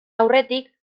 aurretik